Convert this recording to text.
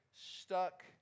stuck